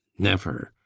never!